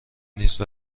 نیست